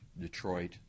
Detroit